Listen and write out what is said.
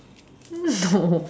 no